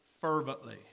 fervently